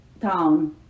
town